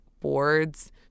boards